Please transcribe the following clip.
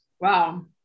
wow